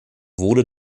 wohle